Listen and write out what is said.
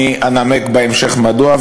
אני אנמק בהמשך מדוע,